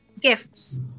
gifts